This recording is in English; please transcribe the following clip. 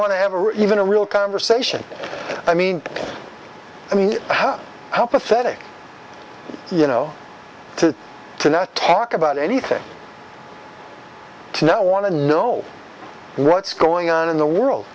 want to ever even a real conversation i mean i mean how pathetic you know to to not talk about anything to know want to know what's going on in the world